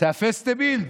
עס א פעסטע בילד?